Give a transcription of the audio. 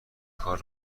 کار